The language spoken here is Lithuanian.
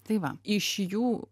tai va iš jų